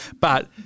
But-